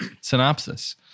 synopsis